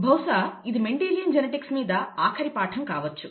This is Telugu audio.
బహుశా ఇది మెండిలియన్ జెనెటిక్స్ మీద ఆఖరి పాఠం కావచ్చు